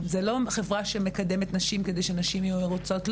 העולם; זו לא חברה שמקדמת נשים כדי שנשים יהיו מרוצות.